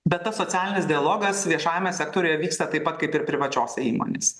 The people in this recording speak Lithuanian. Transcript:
bet tas socialinis dialogas viešajame sektoriuje vyksta taip pat kaip ir privačiose įmonės